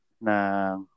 na